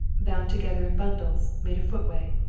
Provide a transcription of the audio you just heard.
bound together in bundles, made a footway.